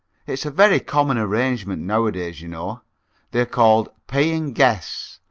it's a very common arrangement nowadays, you know they are called paying guests.